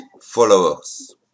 followers